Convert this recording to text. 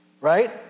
right